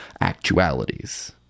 actualities